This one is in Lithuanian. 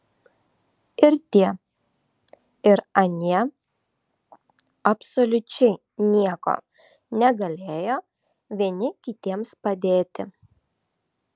ir tie ir anie absoliučiai nieko negalėjo vieni kitiems padėti